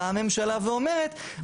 באה הממשלה ואומרת,